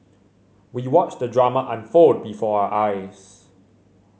we watched the drama unfold before our eyes